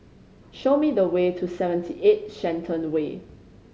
show me the way to Seventy Eight Shenton Way